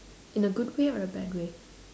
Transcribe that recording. in a good way or a bad way